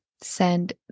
send